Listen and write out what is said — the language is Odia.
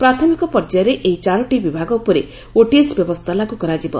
ପ୍ରାଥମିକ ପର୍ଯ୍ୟାୟରେ ଏହି ଚାରୋଟି ବିଭାଗ ଉପରେ ଓଟିଏସ୍ ବ୍ୟବସ୍କା ଲାଗୁ କରାଯିବ